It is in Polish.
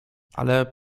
ale